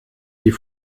die